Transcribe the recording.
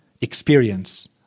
experience